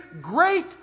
great